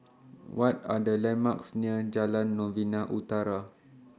What Are The landmarks near Jalan Novena Utara